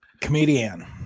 Comedian